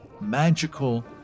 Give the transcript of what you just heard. magical